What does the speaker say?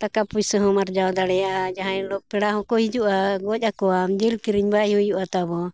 ᱴᱟᱠᱟ ᱯᱚᱭᱥᱟ ᱦᱚᱸᱢ ᱟᱨᱡᱟᱣ ᱫᱟᱲᱮᱭᱟᱜᱼᱟ ᱡᱟᱦᱟᱸ ᱦᱤᱞᱳᱜ ᱯᱮᱲᱟ ᱦᱚᱸᱠᱚ ᱦᱤᱡᱩᱜᱼᱟ ᱜᱚᱡ ᱟᱠᱚᱣᱟᱢ ᱡᱤᱞ ᱠᱤᱨᱤᱧ ᱵᱟᱭ ᱦᱩᱭᱩᱜᱼᱟ ᱛᱟᱵᱚᱱ